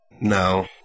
No